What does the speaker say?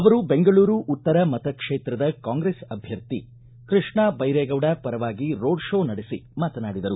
ಅವರು ಬೆಂಗಳೂರು ಉತ್ತರ ಮತಕ್ಷೇತ್ರದ ಕಾಂಗ್ರೆಸ್ ಅಭ್ವರ್ಧಿ ಕೃಷ್ಣ ಬೈರೇಗೌಡ ಪರವಾಗಿ ರೋಡ್ ಷೋ ನಡೆಸಿ ಮಾತನಾಡಿದರು